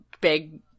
big